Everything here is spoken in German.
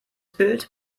bild